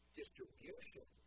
distribution